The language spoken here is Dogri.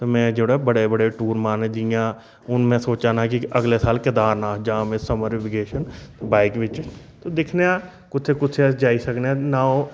ते मैं जेह्ड़े बड़े बड़े टूर मारने जियां हून मैं सोचा दां कि अगले साल कैदारनाथ जां में समर वेकेशन बाइक बिच्च ते दिक्खने आं कुत्थै कुत्थै अस जाई सकने आं ना ओह्